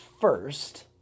first